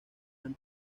han